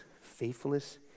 faithfulness